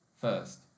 first